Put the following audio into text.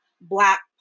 Black